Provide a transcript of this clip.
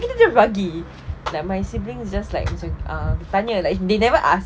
then kita kena bagi like my siblings just like macam uh tanya like they never ask